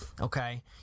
okay